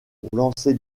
lancer